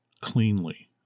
cleanly